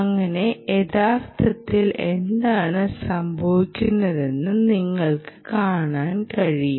അങ്ങനെ യഥാർത്ഥത്തിൽ എന്താണ് സംഭവിക്കുന്നതെന്ന് നിങ്ങൾക്ക് കാണാൻ കഴിയും